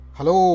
Hello